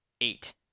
eight